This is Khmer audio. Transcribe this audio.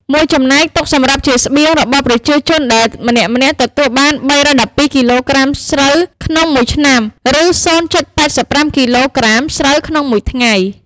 មួយចំណែក ទុកសម្រាប់ជាស្បៀងរបស់ប្រជាជនដែលម្នាក់ៗទទួល បាន៣១២គីឡូក្រាមស្រូវក្នុងមួយឆ្នាំ ឬ០,៨៥ គីឡូក្រាមស្រូវក្នុង មួយថ្ងៃ។